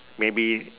maybe